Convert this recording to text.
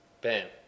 Bam